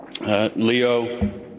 Leo